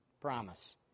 Promise